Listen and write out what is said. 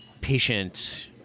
patient